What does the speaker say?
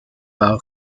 par